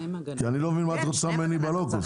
אני לא מבין מה את רוצה ממני בלואו-קוסט.